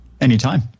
Anytime